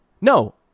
No